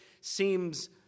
seems